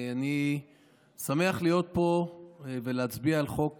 אני שמח להיות פה ולהצביע על חוק